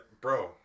bro